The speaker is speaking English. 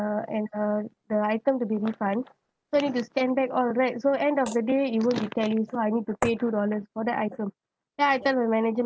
uh and uh the item to be refund so need to scan back all right so end of the day it won't be tally so I need to pay two dollars for that item then I tell my manager